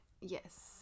yes